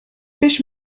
peix